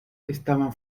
estaban